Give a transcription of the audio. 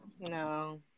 No